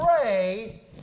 pray